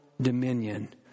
dominion